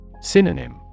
Synonym